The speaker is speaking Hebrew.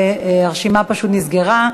והרשימה פשוט נסגרה.